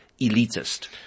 elitist